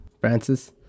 Francis